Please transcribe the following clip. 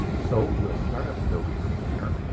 so we'll start up adobe premiere.